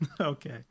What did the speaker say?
okay